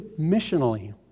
missionally